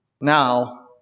Now